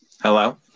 Hello